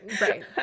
Right